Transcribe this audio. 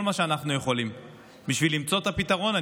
מה שאנחנו יכולים בשביל למצוא את הפתרון.